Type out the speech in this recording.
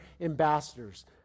ambassadors